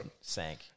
sank